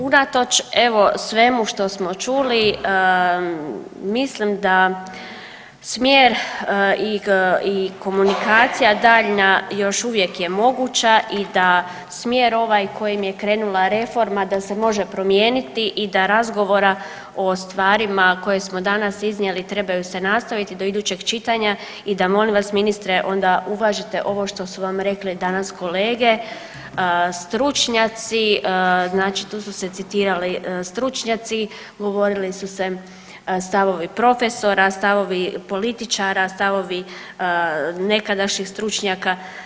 Unatoč, evo, svemu što smo čuli, mislim da smjer i komunikacija daljnja još uvijek je moguća i da smjer ovaj kojim je krenula reforma da se može promijeniti i da razgovora o stvarima koje smo danas iznijeli, trebaju se nastaviti do idućeg čitanja i da, molim vas, ministre, onda uvažite ovo što su vam rekle danas kolege, stručnjaci, znači tu su se citirali stručnjaci, govorili su se stavovi profesora, stavovi političara, stavovi nekadašnjih stručnjaka.